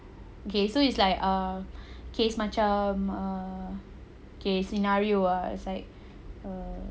okay so it's like err kes macam err okay scenario ah it's like err